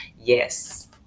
yes